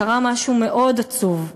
קרה משהו מאוד עצוב: